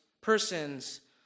persons